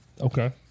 Okay